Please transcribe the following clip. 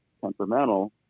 temperamental